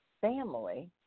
family